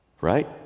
right